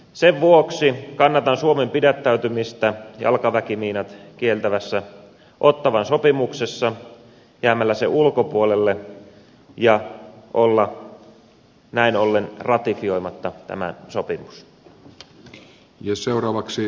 sen vuoksi kannatan suomen pidättäytymistä jalkaväkimiinat kieltävästä ottawan sopimuksesta jäämällä sen ulkopuolelle ja olemalla näin ollen ratifioimatta tätä sopimusta